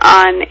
on